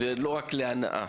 לא רק להנאה.